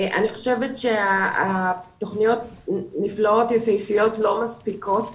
אני חושבת שתוכניות יפות לא מספיקות